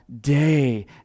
day